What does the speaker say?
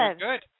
good